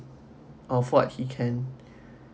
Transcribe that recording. of what he can